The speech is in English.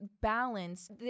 balance